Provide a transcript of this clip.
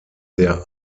der